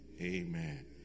Amen